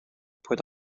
put